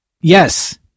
Yes